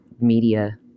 media